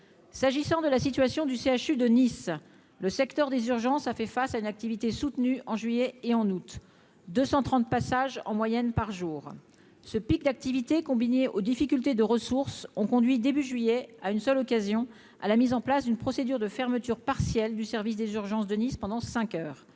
s'agissant de la situation du CHU de Nice, le secteur des urgences a fait face à une activité soutenue en juillet et en août, 230 passages en moyenne par jour, ce pic d'activité combinées aux difficultés de ressources ont conduit début juillet à une seule occasion à la mise en place une procédure de fermeture partielle du service des urgences de Nice pendant 5 heures